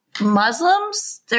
Muslims